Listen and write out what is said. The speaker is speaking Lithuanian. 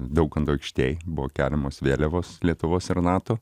daukanto aikštėj buvo keliamos vėliavos lietuvos ir nato